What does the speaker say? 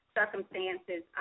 circumstances